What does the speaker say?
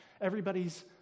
everybody's